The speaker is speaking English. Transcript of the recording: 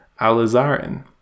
alizarin